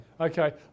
Okay